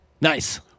Nice